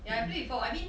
ya we play before I mean